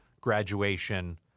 graduation